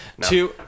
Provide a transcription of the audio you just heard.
two